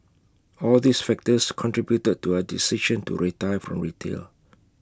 all these factors contributed to our decision to retire from retail